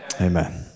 Amen